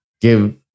give